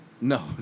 No